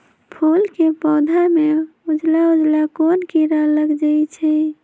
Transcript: फूल के पौधा में उजला उजला कोन किरा लग जई छइ?